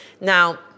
Now